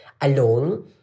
alone